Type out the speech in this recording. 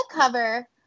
cover